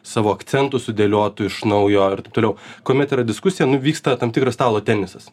savo akcentus sudėliot iš naujo ir taip toliau kuomet yra diskusija nu vyksta tam tikras stalo tenisas